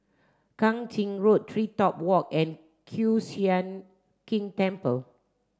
Kang Ching Road TreeTop Walk and Kiew Sian King Temple